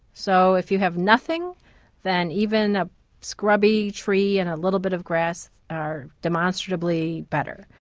so if you have nothing then even a scrubby tree and a little bit of grass are demonstrably better.